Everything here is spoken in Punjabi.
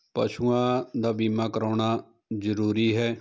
ਪਸ਼ੂਆਂ ਦਾ ਬੀਮਾ ਕਰਵਾਉਣਾ ਜ਼ਰੂਰੀ ਹੈ